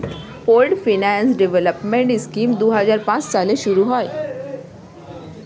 pooled finance development scheme দুই হাজার পাঁচ সালে শুরু হয়